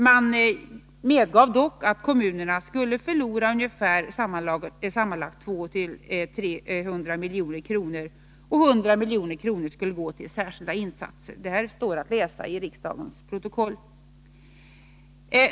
Man medgav dock att kommunerna skulle förlora sammanlagt 200-300 milj.kr. 100 milj.kr. skulle gå till särskilda insatser. — Det här står att läsa i riksdagens protokoll.